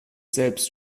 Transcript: selbst